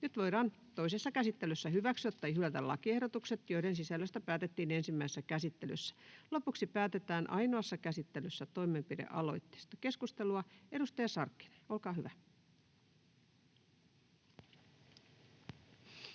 Nyt voidaan toisessa käsittelyssä hyväksyä tai hylätä lakiehdotukset, joiden sisällöstä päätettiin ensimmäisessä käsittelyssä. Lopuksi päätetään ainoassa käsittelyssä toimenpidealoitteesta. — Keskustelua, edustaja Sarkkinen, olkaa hyvä. [Speech